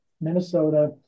Minnesota